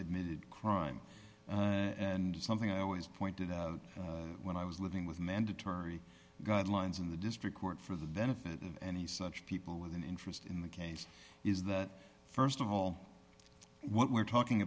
admitted crime and something i always pointed out when i was living with mandatory guidelines in the district court for the benefit of any such people with an interest in the case is that st of all what we're talking